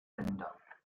länder